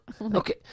Okay